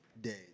days